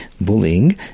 bullying